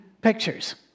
pictures